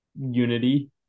unity